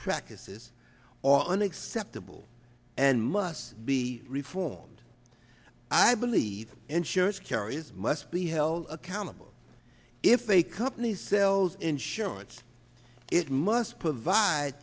practices or unacceptable and must be reformed i believe and church carries must be held accountable if a company sells insurance it must provide